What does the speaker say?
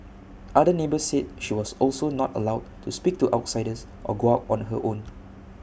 other neighbours said she was also not allowed to speak to outsiders or go out on her own